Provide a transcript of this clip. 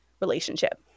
relationship